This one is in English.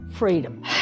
Freedom